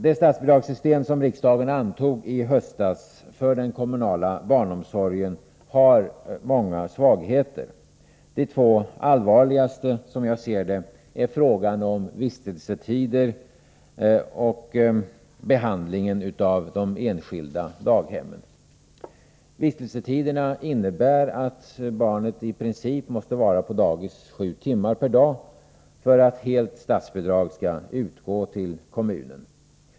Det statsbidragssystem som riksdagen antog i höstas för den kommunala barnomsorgen har många svagheter. De två allvarligaste, som jag ser det, är frågan om vistelsetider på dagis och behandlingen av de enskilda daghemmen. Vistelsetiderna innebär att barnet i princip måste vara på dagis sju timmar per dag för att helt statsbidrag skall utgå till kommunen.